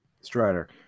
strider